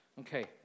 Okay